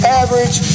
average